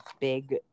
big